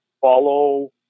follow